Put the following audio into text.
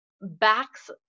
backs